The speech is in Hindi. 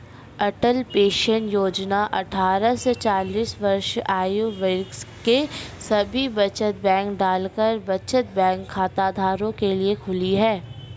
अटल पेंशन योजना अट्ठारह से चालीस वर्ष आयु वर्ग के सभी बचत बैंक डाकघर बचत बैंक खाताधारकों के लिए खुली है